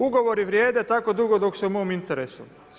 Ugovori vrijede tako dugo dok su u mom interesu.